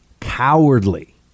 cowardly